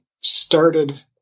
started